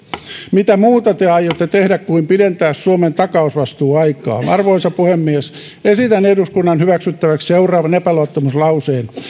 mitä muuta te aiotte tehdä kuin pidentää suomen takausvastuuaikaa arvoisa puhemies esitän eduskunnan hyväksyttäväksi seuraavan epäluottamuslauseen